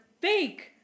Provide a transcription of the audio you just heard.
fake